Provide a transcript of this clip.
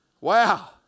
Wow